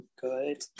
good